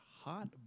hot